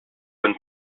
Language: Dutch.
een